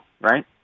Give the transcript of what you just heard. right